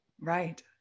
Right